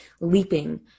leaping